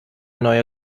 neue